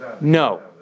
No